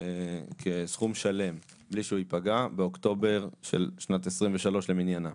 כסכום שלם בלי שהוא ייפגע באוקטובר של שנת 2023 למניינם.